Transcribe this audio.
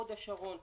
הוד השרון,